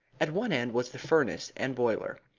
at one end was the furnace and boiler,